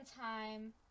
time